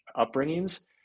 upbringings